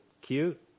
cute